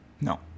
No